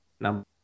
number